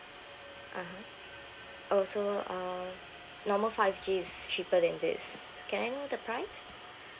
(uh huh) oh so um normal five G is cheaper than this can I know the price